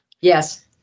Yes